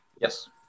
yes